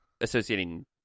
associating